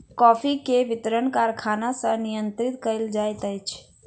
coffee के वितरण कारखाना सॅ नियंत्रित कयल जाइत अछि